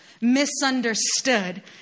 misunderstood